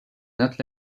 not